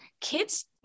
Kids